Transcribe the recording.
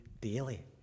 daily